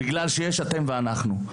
בגלל שיש אתם ואנחנו,